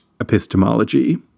epistemology